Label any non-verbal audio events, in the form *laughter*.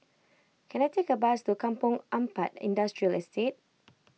can I take a bus to Kampong Ampat Industrial Estate *noise*